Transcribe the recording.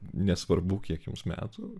nesvarbu kiek jums metų